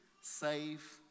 save